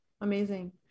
amazing